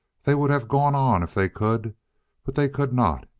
they would have gone on if they could, but they could not.